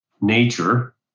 nature